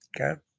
okay